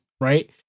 right